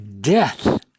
death